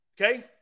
Okay